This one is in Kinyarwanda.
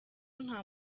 nta